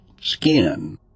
skin